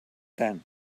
tan